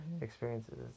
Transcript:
experiences